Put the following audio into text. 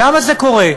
למה זה קורה?